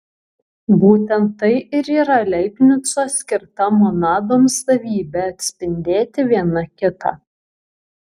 būtent tai ir yra leibnico skirta monadoms savybė atspindėti viena kitą